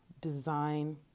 design